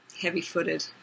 heavy-footed